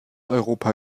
europa